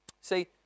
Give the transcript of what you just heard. See